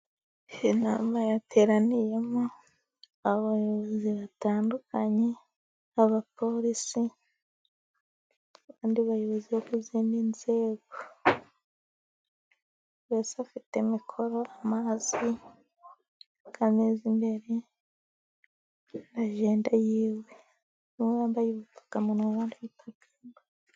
Inama yateraniyemo abayobozi batandukanye, abapolisi, n'abandi bayobozi bo mu zindi nzego. Bafite mikoro, amazi ku kameza imbere, na ajenda yiwe. bamwe bambaye ubupfukamunwa abandi batabwambaye.